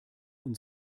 und